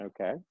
Okay